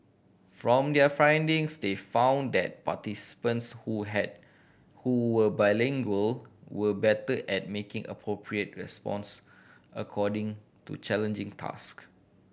from their findings they found that participants who had who were bilingual were better at making appropriate response according to challenging task